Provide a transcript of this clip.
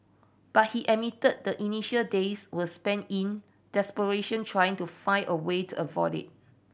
but he admitted the initial days were spent in desperation trying to find a way to avoid it